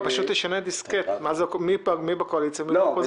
פשוט תשנו דיסקט מי בקואליציה ומי באופוזיציה.